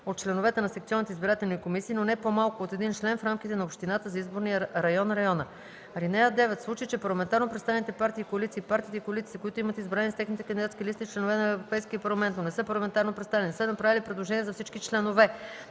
от членовете на секционните избирателни комисии, но не по-малко от един член в рамките на общината за изборния район (района). (9) В случай че парламентарно представените партии и коалиции и партиите и коалициите, които имат избрани с техните кандидатски листи членове на Европейския парламент, но не са парламентарно представени, не са направили предложения за всички членове,